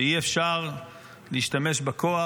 שאי-אפשר להשתמש בכוח.